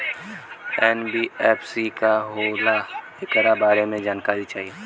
NBFC का होला ऐकरा बारे मे जानकारी चाही?